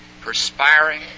perspiring